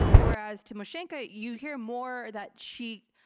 whereas tymoshenko you hear more that she's,